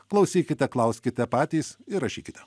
klausykite klauskite patys ir rašykite